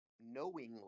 knowingly